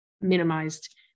minimized